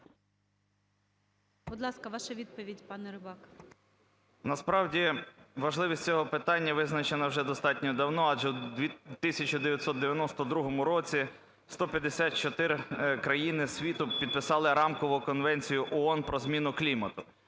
Будь ласка, ваша відповідь, пане Рибак. 10:56:27 РИБАК І.П. Насправді важливість цього питання визначена вже достатньо давно, адже в 1992 році 154 країни світу підписали Рамкову конвенцію ООН про зміну клімату.